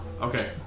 Okay